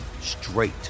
straight